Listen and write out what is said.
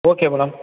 okay madam